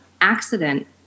accident